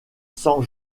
cent